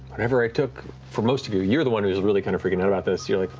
whatever i took, for most of you, you're the one who's really kind of freaking out about this. you're like,